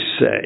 say